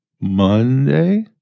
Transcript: Monday